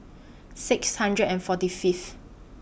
six hundred and forty Fifth